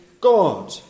God